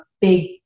big